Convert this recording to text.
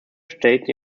state